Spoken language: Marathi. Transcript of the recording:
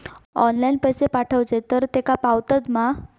ऑनलाइन पैसे पाठवचे तर तेका पावतत मा?